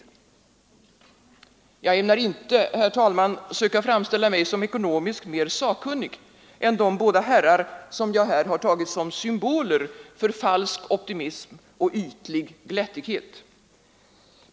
Jag ämnar inte, herr talman, söka framställa mig som ekonomiskt mer sakkunnig än de båda herrar som jag här har tagit som symboler för falsk optimism och ytlig glättighet.